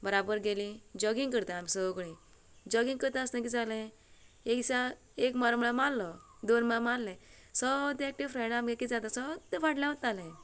बराबर गेली जॉगींग करता आमी सगळीं जॉगीग करता आसतना कितें जालें एक दिसा एक मार म्हणलो मारलो दोन मार म्हणले मारले सद्दां एकटें फ्रेंन्ड आमगे आसले सद्दां फाटल्यान उरतालें